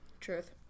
Truth